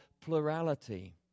plurality